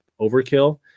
overkill